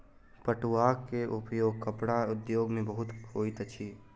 पटुआ के उपयोग कपड़ा उद्योग में बहुत होइत अछि